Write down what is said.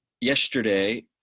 Yesterday